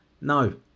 No